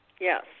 Yes